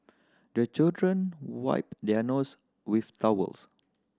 the children wipe their nose with towels